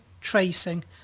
tracing